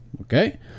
Okay